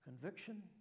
Conviction